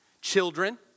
Children